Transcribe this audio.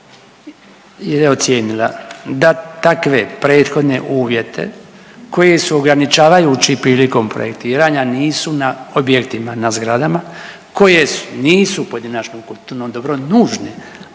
je ocijenila da takve prethodne uvjete koji su ograničavajući prilikom projektiranja nisu na objektima, na zgradama, koje nisu u pojedinačnom kulturnom dobru nužne,